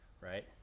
right